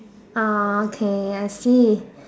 ah okay I see